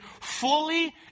fully